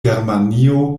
germanio